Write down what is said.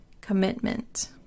commitment